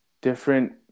different